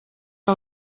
que